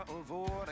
avoid